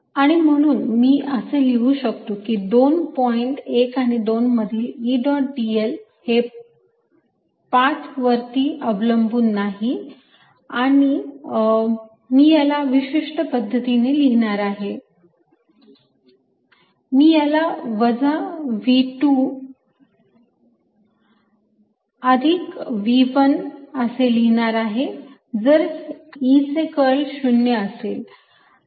आणि म्हणून मी असे लिहू शकतो की दोन पॉईंट 1 आणि 2 मधील E डॉट dl हे पाथ वरती अवलंबून नाही आणि मी याला एका विशिष्ट पद्धतीने लिहिणार आहे मी याला वजा V2 अधिक V1 असे लिहिणार आहे जर E चे कर्ल 0 असेल